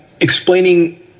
explaining